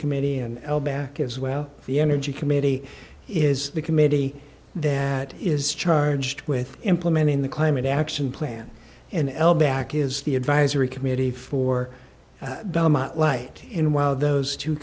committee and back as well the energy committee is the committee that is charged with implementing the climate action plan an l back is the advisory committee for light and while those two